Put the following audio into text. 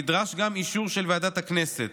נדרש גם אישור של ועדת הכנסת,